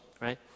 Right